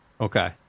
Okay